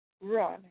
run